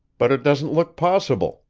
but it doesn't look possible,